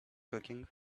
cooking